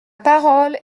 parole